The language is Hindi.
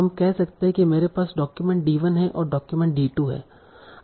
हम कह सकते हैं कि मेरे पास डॉक्यूमेंट d1 है और डॉक्यूमेंट d2 है